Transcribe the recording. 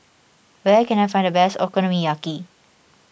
where can I find the best Okonomiyaki